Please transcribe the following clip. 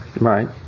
Right